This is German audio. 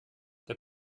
der